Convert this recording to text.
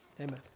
Amen